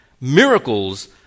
miracles